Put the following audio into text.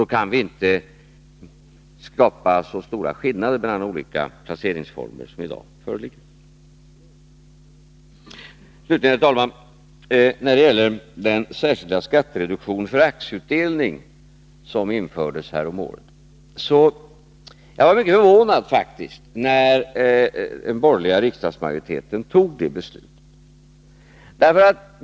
Då kan vi inte ha så stora skillnader mellan olika placeringsformer som i dag föreligger. Slutligen, herr talman, några ord om den särskilda skattereduktion för aktieutdelning som infördes häromåret. Jag är faktiskt mycket förvånad över att den borgerliga riksdagsmajoriteten fattade det beslutet.